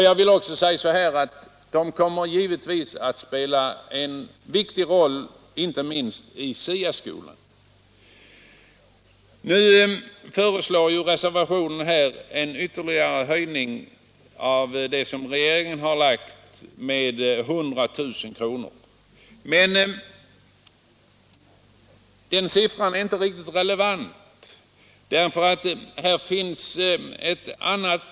Jag vill även säga att organisationerna givetvis kommer att spela en viktig roll i SIA-skolan. I reservation 1 begärs en höjning av anslaget till elevoch föräldraorganisationer med 100 000 kr. utöver vad regeringen har föreslagit, men det påståendet är inte riktigt relevant.